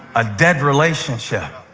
a dead relationship,